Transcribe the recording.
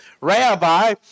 Rabbi